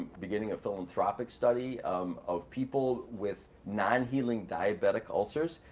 beginning a philanthropic study um of people with non healing diabetic ulcers,